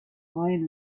iron